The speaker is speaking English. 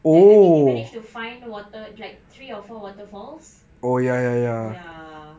like I think we managed to find water like three or four waterfalls ya